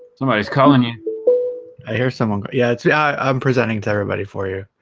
somebody's calling you i hear someone good yeah it's yeah i'm presenting, to everybody for you